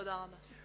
תודה רבה.